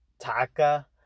taka